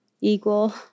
equal